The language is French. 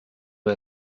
met